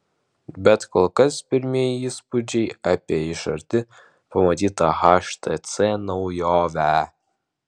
bet kol kas pirmieji įspūdžiai apie iš arti pamatytą htc naujovę